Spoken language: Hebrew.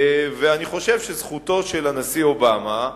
ואני חושב שזכותו של הנשיא אובמה,